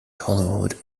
hollywood